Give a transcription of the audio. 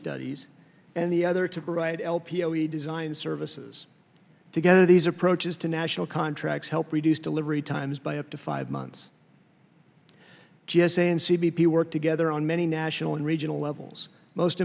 studies and the other to write l p o e design services together these approaches to national contracts help reduce delivery times by up to five months g s a and c b p work together on many national and regional levels most